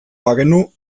bagenu